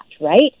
right